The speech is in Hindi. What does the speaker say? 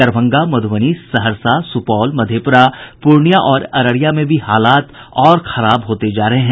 दरभंगा मधुबनी सहरसा सुपौल मधेपुरा पूर्णियां और अररिया में भी हालात खराब होते जा रहे हैं